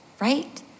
right